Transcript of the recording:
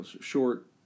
short